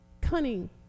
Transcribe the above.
cunning